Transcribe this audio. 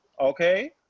Okay